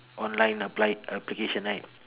online applied application right